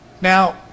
Now